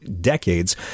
decades